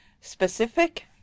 specific